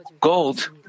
gold